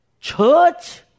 church